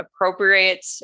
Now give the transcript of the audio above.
appropriate